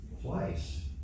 Twice